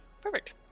perfect